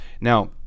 Now